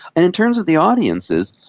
and in terms of the audiences,